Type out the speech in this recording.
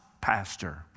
pastor